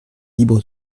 libre